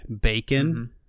Bacon